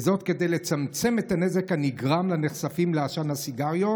וזאת כדי לצמצם את הנזק הנגרם לנחשפים לעשן הסיגריות.